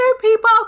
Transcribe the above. people